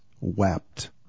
wept